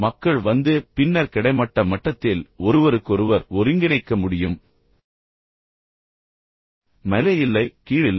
மக்கள் வந்து பின்னர் கிடைமட்ட மட்டத்தில் ஒருவருக்கொருவர் ஒருங்கிணைக்க முடியும் மேலே இல்லை கீழ் இல்லை